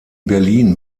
berlin